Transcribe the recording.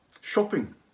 shopping